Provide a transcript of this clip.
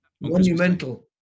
Monumental